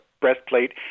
breastplate